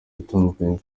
atandukanye